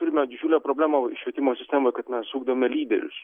turime didžiulę problemą švietimo sistemoj kad mes ugdome lyderius